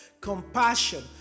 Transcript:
compassion